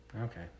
Okay